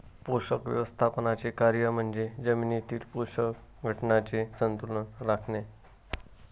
पोषक व्यवस्थापनाचे कार्य म्हणजे जमिनीतील पोषक घटकांचे संतुलन राखणे